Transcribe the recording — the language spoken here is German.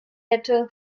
hätte